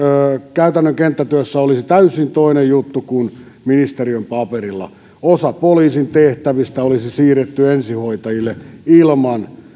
käytännön kenttätyössä olisi täysin toinen juttu kuin ministeriön paperilla osa poliisin tehtävistä olisi siirretty ensihoitajille ilman